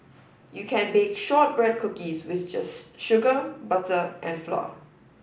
you can bake shortbread cookies with just sugar butter and flour